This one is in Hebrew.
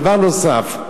דבר נוסף,